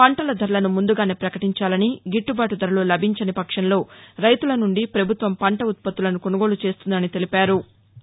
పంటల ధరలను ముందుగానే పకటించాలని గిట్లుబాటు ధరలు లభించని పక్షంలో రైతుల నుండి పభుత్వం పంట ఉత్పత్తులను కొనుగోలు చేస్తుందని తెలిపారు